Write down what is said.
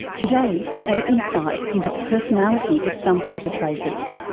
today, an insight into the personality of some perpetrators,